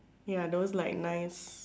ya those like nice